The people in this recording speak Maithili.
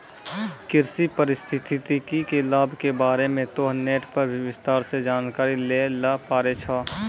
कृषि पारिस्थितिकी के लाभ के बारे मॅ तोहं नेट पर भी विस्तार सॅ जानकारी लै ल पारै छौ